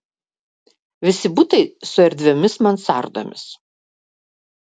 visi butai su erdviomis mansardomis